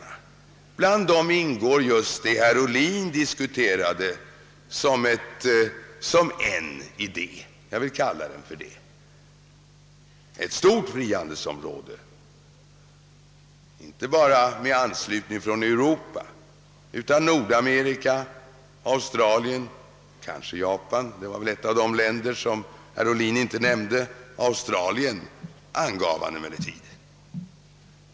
Och bland de tankarna ingår just vad herr Ohlin här diskuterade som en idé; jag vill kalla den så. Ett stort frihandelsområde med anslutning inte bara från Europa utan också från Nordamerika och Australien — kanske också från Japan; det var ett av de länder som herr Ohlin inte nämnde — är ju en tanke.